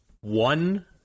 one